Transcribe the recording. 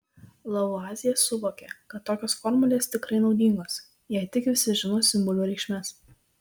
lavuazjė suvokė kad tokios formulės tikrai naudingos jei tik visi žino simbolių reikšmes